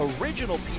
original